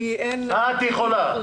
את יכולה.